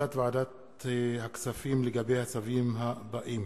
החלטת ועדת הכספים בדבר הצווים האלה: